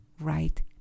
right